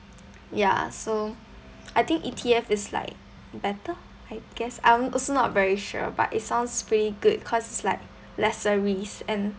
ya so I think E_T_F is like better I guess I'm also not very sure but it sounds pretty good cause it's like lesser risk and